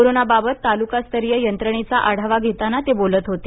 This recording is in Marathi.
कोरोनाबाबत तालुकास्तरीय यंत्रणेचा आढावा घेताना ते बोलत होते